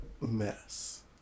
mess